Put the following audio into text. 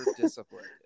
disciplined